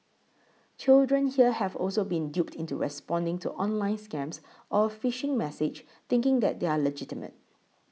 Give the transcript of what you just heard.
children here have also been duped into responding to online scams or phishing message thinking that they are legitimate